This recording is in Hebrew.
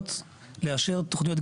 הסמכויות לאשר תוכניות,